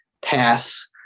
pass